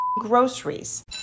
groceries